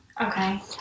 Okay